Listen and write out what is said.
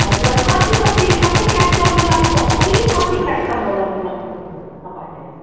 हजुर अनि कति कति सबै क्लास लग्नु लाग्नुभएको कि कति क्लाससम्म लग्नु लाग्नुभएको तपाईँहरूले